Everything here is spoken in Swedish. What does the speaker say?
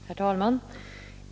Herr talman!